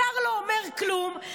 השר לא אומר כלום,